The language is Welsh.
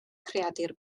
creadur